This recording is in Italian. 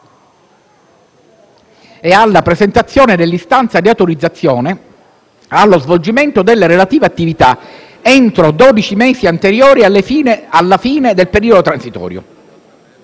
e alla presentazione dell'istanza di autorizzazione allo svolgimento delle relative attività entro i dodici mesi anteriori alla fine del periodo transitorio.